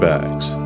Bags